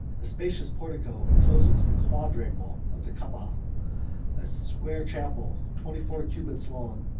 a spacious portico encloses the quadrangle of the caaba a square chapel, twenty-four cubits long,